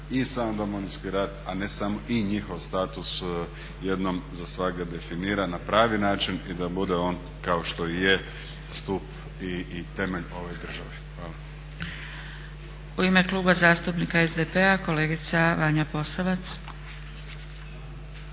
i sam Domovinski rat, a ne samo i njihov status jednom zasvagda definira na pravi način i da bude on kao što i je stup i temelj ove države. Hvala. **Zgrebec, Dragica (SDP)** U ime Kluba zastupnika SDP-a kolegica Vanja Posavac.